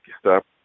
stop